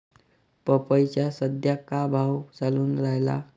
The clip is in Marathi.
पपईचा सद्या का भाव चालून रायला?